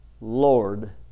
Lord